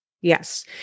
Yes